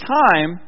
time